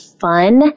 fun